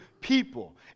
people